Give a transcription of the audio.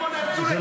סליחה,